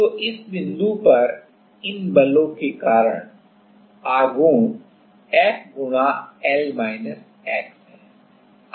तो इस बिंदु पर इन बलों के कारण आघूर्ण F गुणा L x है